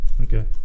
Okay